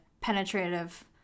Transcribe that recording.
penetrative